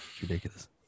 ridiculous